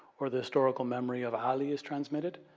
or the historical memory of aadi is transmitted,